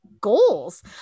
goals